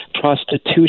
prostitution